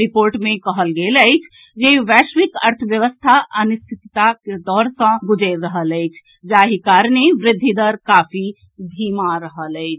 report मे कहल गेल अछि जे वैश्विक अर्थव्यवस्था अनिश्चितताक दौर सँ गुजरि रहल अछि जाहि कारणे वृद्धि दर काफी धीमा रहल अछि